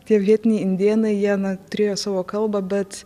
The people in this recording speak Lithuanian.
tie vietiniai indėnai jie na turėjo savo kalbą bet